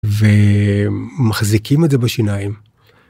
ומחזיקים את זה בשיניים.